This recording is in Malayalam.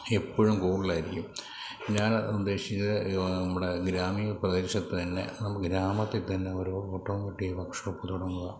എപ്പോഴും കൂടുതലായിരിക്കും ഞാൻ ഉദ്ദേശിച്ചത് നമ്മുടെ ഗ്രാമീണ പ്രദേശത്ത് തന്നെ നമുക്ക് ഗ്രാമത്തിൽ തന്നെ ഒരു ഓട്ടോമോട്ടീവ് വർക്ക് ഷോപ്പ് തുടങ്ങുക